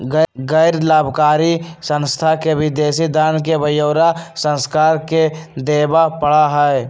गैर लाभकारी संस्था के विदेशी दान के ब्यौरा सरकार के देवा पड़ा हई